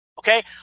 Okay